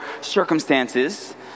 circumstances